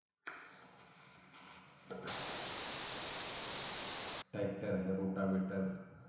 tractor है rotavator